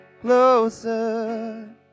closer